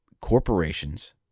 corporations